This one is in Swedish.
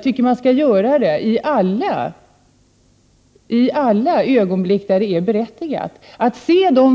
Enligt min mening skall man alltid göra detta när det är berättigat. Att se